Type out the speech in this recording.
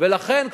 ולכן,